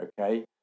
Okay